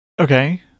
Okay